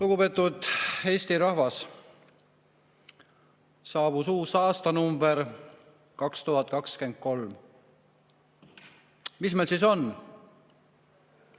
Lugupeetud Eesti rahvas! On saabunud uus aastanumber – 2023. Mis meil siis on?